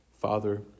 Father